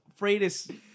Freitas